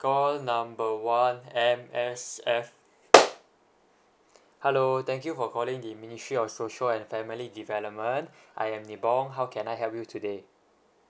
call number one M_S_F hello thank you for calling the ministry of social and family development I am nibong how can I help you today